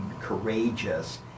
courageous